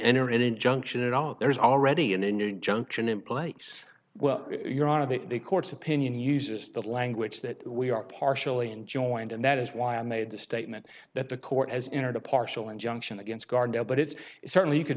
enter an injunction at all there is already an injunction in place well you're out of the court's opinion uses the language that we are partially enjoined and that is why i made the statement that the court has entered a partial injunction against guardo but it's certainly you c